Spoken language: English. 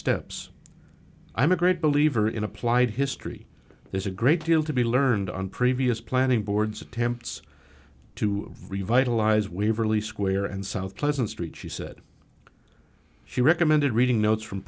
steps i'm a great believer in applied history there's a great deal to be learned on previous planning board's attempts to revitalize waverley square and south pleasant street she said she recommended reading notes from